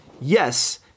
Yes